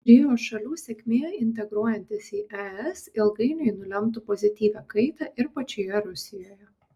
trio šalių sėkmė integruojantis į es ilgainiui nulemtų pozityvią kaitą ir pačioje rusijoje